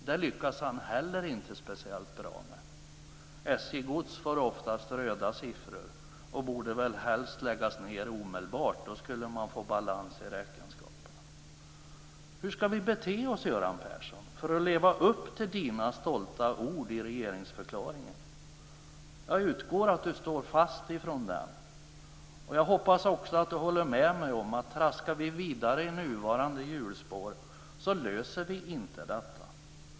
Det lyckas han inte heller speciellt bra med. SJ Gods får ofta röda siffror och borde väl helst läggas ned omedelbart. Då skulle man få balans i räkenskaperna. Hur ska vi bete oss, Göran Persson, för att leva upp till dina stolta ord i regeringsförklaringen? Jag utgår från att du står fast vid den. Jag hoppas också att du håller med mig om att om vi traskar vidare i nuvarande hjulspår löser vi inte detta.